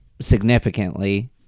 significantly